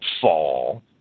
fall